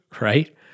right